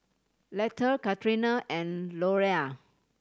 Letha Katrina and Louella